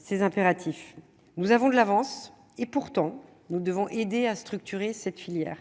ces impératifs, nous avons de l'avance et pourtant nous devons aider à structurer cette filière,